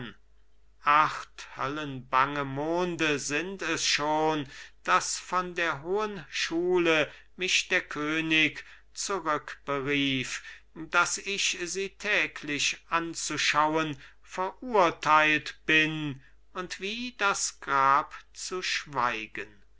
acht höllenbange monde sind es schon daß von der hohen schule mich der könig zurückberief daß ich sie täglich anzuschauen verurteilt bin und wie das grab zu schweigen